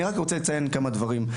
אני רוצה לציין כמה דברים,